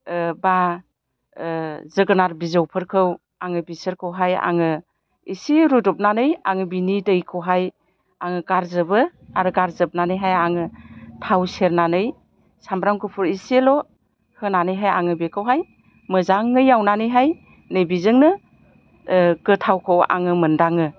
बा जोगोनार बिजौफोरखौ आङो बिसोरखौहाय आङो एसे रुदबनानै आं बिनि दैखौहाय आङो गारजोबो आरो गारजोबनानैहाय आङो थाव सेरनानै सामब्राम गुफुर एसेल' होनानैहाय आङो बिखौहाय मोजांयै एवनानैहाय नै बिजोंनो गोथावखौ आङो मोनदाङो